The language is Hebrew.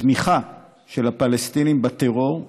התמיכה של הפלסטינים בטרור,